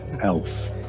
Elf